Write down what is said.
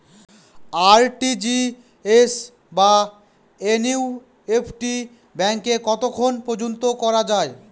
RTGS বা NEFT ব্যাংকে কতক্ষণ পর্যন্ত করা যায়?